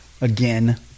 again